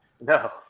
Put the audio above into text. No